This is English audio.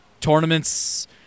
tournaments